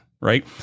Right